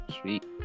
Sweet